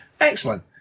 Excellent